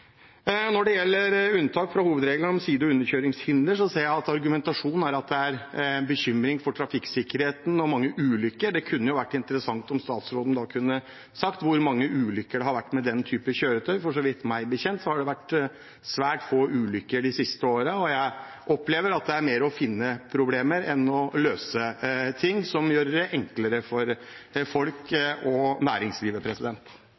Når det gjelder unntak fra hovedregelen om side- og underkjøringshinder, ser jeg at argumentasjonen er at det er bekymring for trafikksikkerheten og mange ulykker. Det kunne vært interessant om statsråden da kunne sagt hvor mange ulykker det har vært med den typen kjøretøy, for meg bekjent har det vært svært få ulykker de siste årene, og jeg opplever at det er mer å finne problemer enn å løse ting og gjøre det enklere for